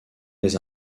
des